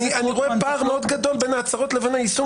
אני רואה פער מאוד גדול בין ההצהרות לבין היישום,